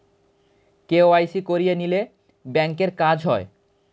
KYC করিয়ে নিলে ব্যাঙ্কের কাজ হয়